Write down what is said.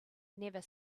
never